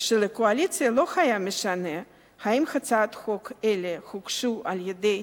שלקואליציה לא היה משנה אם הצעות חוק אלה הוגשו על-ידי